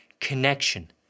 connection